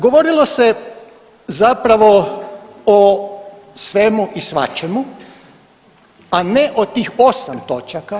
Govorilo se zapravo o svemu i svačemu, a ne o tih 8 točaka.